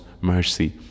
mercy